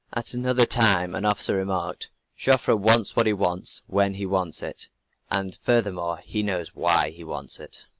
at another time an officer remarked joffre wants what he wants when he wants it and furthermore he knows why he wants it!